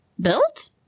built